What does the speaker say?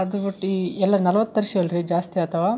ಅದು ಬಿಟ್ಟು ಈ ಎಲ್ಲ ನಲ್ವತ್ತು ತರ್ಸೀವಿ ಅಲ್ಲ ರೀ ಜಾಸ್ತಿ ಅಥವಾ